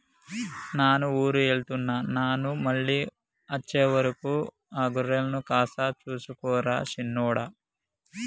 నాను ఊరు వెళ్తున్న నాను మళ్ళీ అచ్చే వరకు ఆ గొర్రెలను కాస్త సూసుకో రా సిన్నోడా